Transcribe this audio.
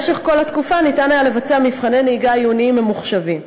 במשך כל התקופה ניתן היה לבצע מבחני נהיגה עיוניים ממוחשבים.